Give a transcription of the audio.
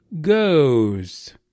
goes